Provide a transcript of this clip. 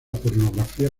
pornografía